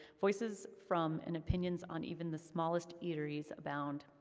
voices from, and opinions on even the smallest eateries, abound.